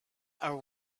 are